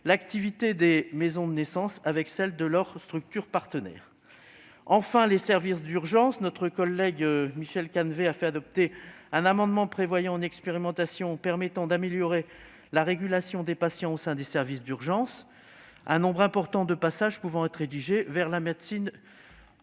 l'activité des maisons de naissance avec celle de leur structure partenaire. Concernant les services d'urgence, notre collègue Michel Canevet avait fait adopter un amendement visant à mettre en oeuvre une expérimentation permettant d'améliorer la régulation des patients au sein de ces services, un nombre important de passages pouvant être redirigés vers la médecine